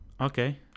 Okay